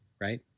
Right